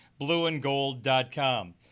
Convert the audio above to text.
blueandgold.com